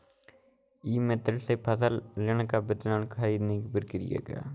ई मित्र से फसल ऋण का विवरण ख़रीदने की प्रक्रिया क्या है?